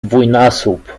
dwójnasób